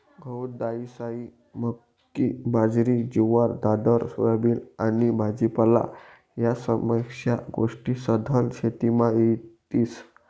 गहू, दायीसायी, मक्की, बाजरी, जुवार, दादर, सोयाबीन आनी भाजीपाला ह्या समद्या गोष्टी सधन शेतीमा येतीस